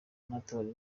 ntakora